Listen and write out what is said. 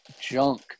junk